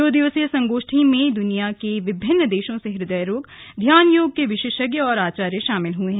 दो दिवसीय संगोष्ठी में दुनिया के विभिन्न देशों से हृदय रोग ध्यान योग के विशेषज्ञ और आचार्य शामिल हुए हैं